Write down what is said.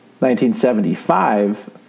1975